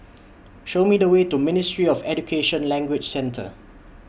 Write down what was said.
Show Me The Way to Ministry of Education Language Centre